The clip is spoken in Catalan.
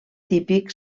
típic